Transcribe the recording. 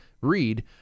read